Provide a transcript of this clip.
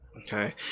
Okay